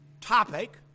topic